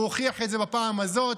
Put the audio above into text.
והוא הוכיח את זה בפעם הזאת,